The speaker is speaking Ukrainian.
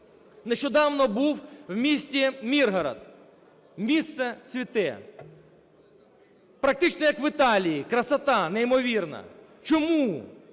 Нещодавно був у місті Миргород. Місто цвіте. Практично, як в Італії: красота неймовірна. Чому